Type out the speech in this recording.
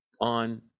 on